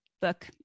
book